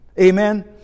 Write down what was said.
amen